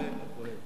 הכהן,